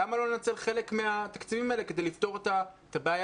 למה לא לנצל חלק מהתקציבים האלה כדי לפתור את הבעיה